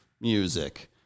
music